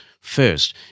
first